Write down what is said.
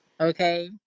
Okay